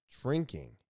drinking